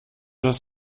das